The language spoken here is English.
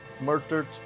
Murdered